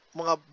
mga